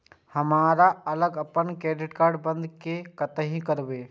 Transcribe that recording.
अगर हमरा आपन क्रेडिट कार्ड बंद करै के हेतै त की करबै?